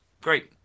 great